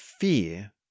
fear